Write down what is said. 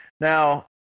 Now